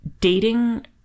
dating